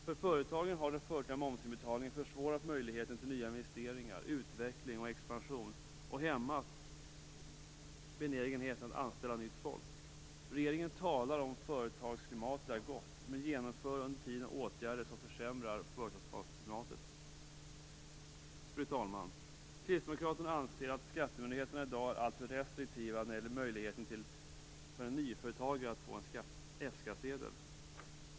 För företagen har den förtida momsinbetalningen försvårat möjligheten till nya investeringar samt till utveckling och expansion. Vidare har den hämmat benägenheten att anställa nytt folk. Regeringen talar om ett gott företagsklimat, men vidtar under tiden åtgärder som försämrar företagarklimatet. Fru talman! Kristdemokraterna anser att skattemyndigheterna i dag är alltför restriktiva när det gäller möjligheten för en nyföretagare att få en F-skattsedel.